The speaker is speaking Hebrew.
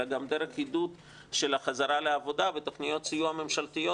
אלא גם דרך עידוד של החזרה לעבודה ותוכניות סיוע ממשלתיות